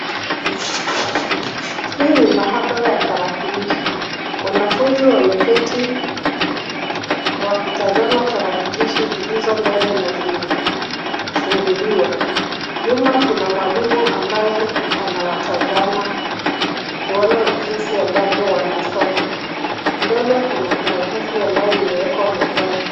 Hii ni maabara ya tarakilishi. Wanafunzi wameketi wakitazama tarakilishi zilizo mbele na zimefunguliwa. Nyuma kuna mwalimu ambaye anawatazama kuona jinsi ambavyo wanasoma. Mbele kuna karatasi ambayo imewekwa mezani.